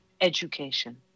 Education